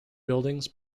buildings